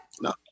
No